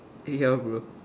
ya bro